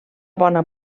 bona